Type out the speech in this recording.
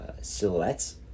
silhouettes